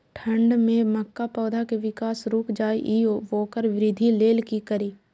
ठंढ में मक्का पौधा के विकास रूक जाय इ वोकर वृद्धि लेल कि करी?